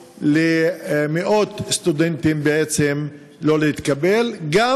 למאות סטודנטים בעצם לא להתקבל בהרבה מוסדות.